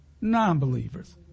non-believers